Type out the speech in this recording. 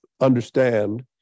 understand